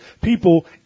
people